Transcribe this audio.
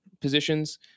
positions